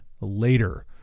later